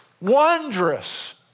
Wondrous